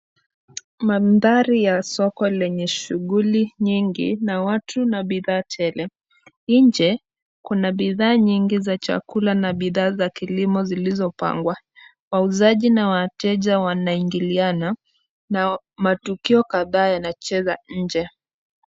Maanthari ya soko lenye shughuli nyingi na watu na bidhaa tele. Nje kuna bidhaa nyingi za chakula na bidhaa za kilimo zilizopangwa. Wauzaji na wateja wanaingiliana na matukio kadhaa yanacheza nje